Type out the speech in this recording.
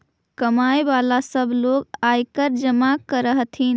कमाय वला सब लोग आयकर जमा कर हथिन